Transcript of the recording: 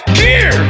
gear